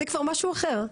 זה כבר משהו אחר.